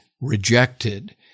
rejected